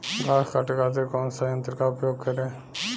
घास काटे खातिर कौन सा यंत्र का उपयोग करें?